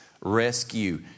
rescue